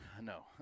No